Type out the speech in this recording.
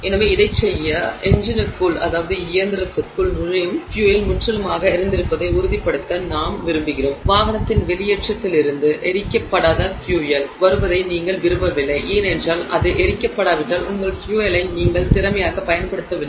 எனவே இதைச் செய்ய எஞ்சினுக்குள் நுழையும் ஃபியூயல் முற்றிலுமாக எரிந்திருப்பதை உறுதிப்படுத்த நாங்கள் விரும்புகிறோம் வாகனத்தின் வெளியேற்றத்திலிருந்து எரிக்கப்படாத ஃபியூயல் வருவதை நீங்கள் விரும்பவில்லை ஏனென்றால் அது எரிக்கப்படாவிட்டால் உங்கள் ஃபியூயலை நீங்கள் திறமையாக பயன்படுத்துவதில்லை